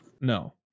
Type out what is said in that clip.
no